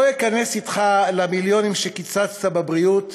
לא אכנס אתך למיליונים שקיצצת בבריאות,